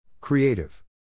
Creative